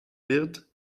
wird